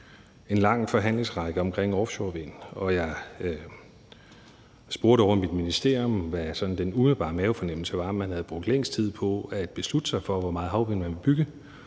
en lang forhandlingsrække omkring offshorevind, og jeg spurgte ovre i mit ministerium, hvad den sådan umiddelbare mavefornemmelse var: altså om man havde brugt længst tid på at beslutte sig for, hvor meget havvindmøllekapacitet